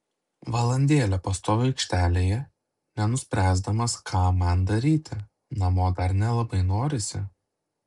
valandėlę pastoviu aikštelėje nenuspręsdamas ką man daryti namo dar nelabai norisi